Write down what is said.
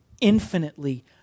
infinitely